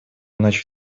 ночь